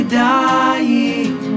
dying